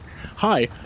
Hi